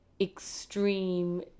extreme